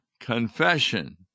confession